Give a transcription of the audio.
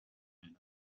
panel